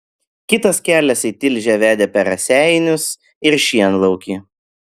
kitas kelias į tilžę vedė per raseinius ir šienlaukį